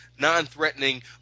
non-threatening